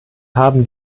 haben